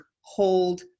hold